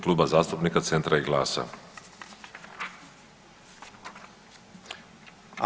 Kluba zastupnika Centra i GLAS-a.